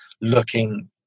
looking